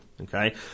okay